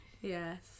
yes